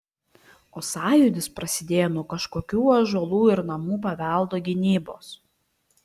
o sąjūdis prasidėjo nuo kažkokių ąžuolų ir namų paveldo gynybos